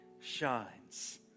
shines